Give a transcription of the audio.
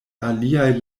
aliaj